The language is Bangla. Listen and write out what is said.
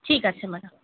ঠিক আছে ম্যাডাম